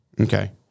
Okay